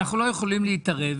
אנחנו לא יכולים להתערב.